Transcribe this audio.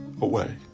away